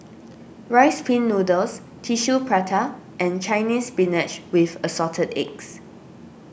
Rice Pin Noodles Tissue Prata and Chinese Spinach with Assorted Eggs